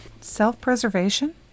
Self-preservation